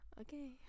Okay